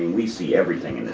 we see everything in this